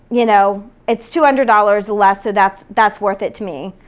you know, it's two hundred dollars less, so that's that's worth it to me,